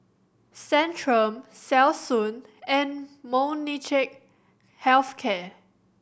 Centrum Selsun and Molnylcke Health Care